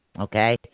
Okay